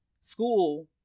school